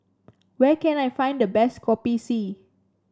where can I find the best Kopi C